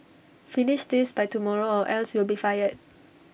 finish this by tomorrow or else you'll be fired